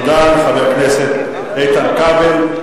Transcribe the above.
תודה לחבר הכנסת איתן כבל.